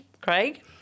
Craig